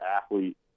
athlete